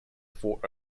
fort